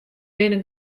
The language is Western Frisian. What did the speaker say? binne